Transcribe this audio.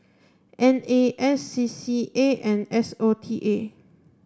N A S C C A and S O T A